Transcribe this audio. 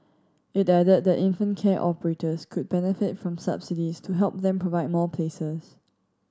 it added that infant care operators could benefit from subsidies to help them provide more places